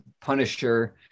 Punisher